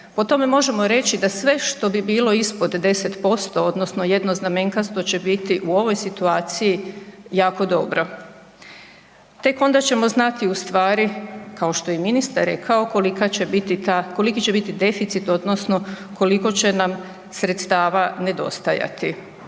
Po tome možemo reći da sve što bi bilo ispod 10% odnosno jednoznamenkasto će biti u ovoj situaciji jako dobro. Tek onda ćemo znati ustvari kao što je i ministar rekao kolika će biti ta, koliki će biti deficit odnosno koliko će nam sredstava nedostajati.